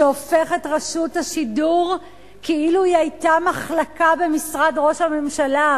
שהופך את רשות השידור כאילו היא היתה מחלקה במשרד ראש הממשלה,